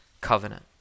covenant